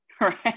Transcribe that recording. right